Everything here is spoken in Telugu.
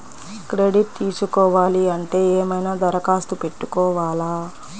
క్రెడిట్ తీసుకోవాలి అంటే ఏమైనా దరఖాస్తు పెట్టుకోవాలా?